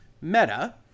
Meta